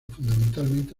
fundamentalmente